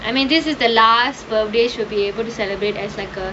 I mean this is the last birthday she would be able to celebrate as like a